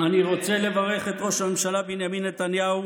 אני רוצה לברך את ראש הממשלה בנימין נתניהו